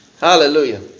Hallelujah